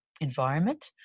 environment